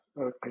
okay